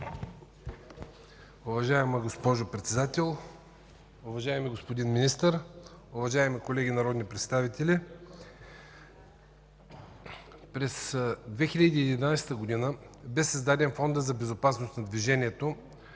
Уважаема госпожо Председател, уважаеми господин Министър, уважаеми колеги народни представители! През 2011 г. бе създаден Фондът за безопасност на движението